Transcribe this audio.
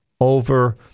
over